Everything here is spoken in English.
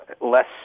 less